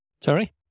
Sorry